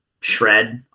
shred